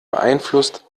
beeinflusst